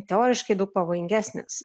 teoriškai daug pavojingesnis